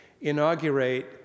inaugurate